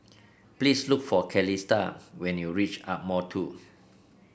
please look for Calista when you reach Ardmore Two